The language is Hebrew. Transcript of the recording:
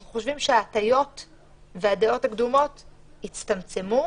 אנחנו חושבים שההטיות והדעות הקדומות יצטמצמו.